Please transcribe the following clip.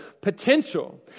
potential